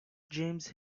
james